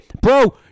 bro